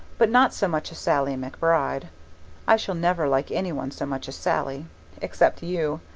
but not so much as sallie mcbride i shall never like any one so much as sallie except you.